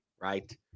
right